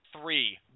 three